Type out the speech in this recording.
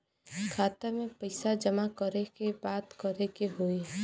खाता मे पैसा जमा करे बदे का करे के होई?